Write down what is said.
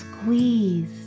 squeeze